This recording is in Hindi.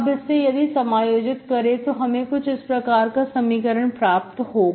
अब इससे यदि समायोजित करें तो हमें कुछ इस प्रकार का समीकरण प्राप्त होगा